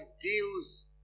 deals